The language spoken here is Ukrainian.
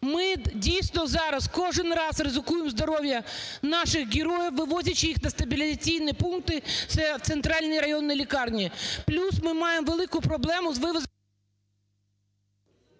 Ми дійсно зараз кожен раз ризикуємо здоров'ям наших героїв, вивозячи їх на стабілізаційні пункти - це в центральні районі лікарні. Плюс ми маємо велику проблему з…